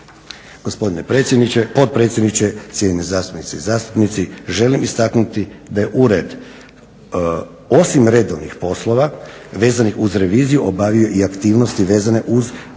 Gospodine predsjedniče, potpredsjedniče, cijenjene zastupnice i zastupnici želim istaknuti da je ured osim redovnih poslova vezanih uz reviziju obavio i aktivnosti vezane uz dostavu